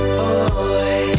boy